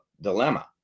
dilemma